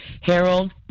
Harold